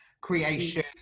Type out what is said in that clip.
creation